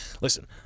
listen